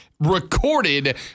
recorded